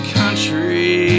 country